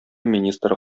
министры